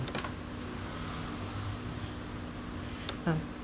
mm